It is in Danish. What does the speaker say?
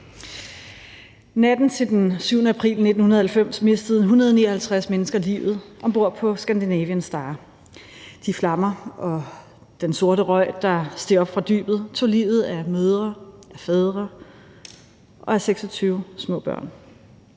Natten til den 20. april 1990 mistede 159 mennesker livet om bord på »Scandinavian Star«. De flammer og den sorte røg, der steg op fra dybet, tog livet af mødre og fædre og af 26 små børn.